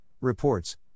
reports